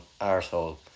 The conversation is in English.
arsehole